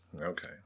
Okay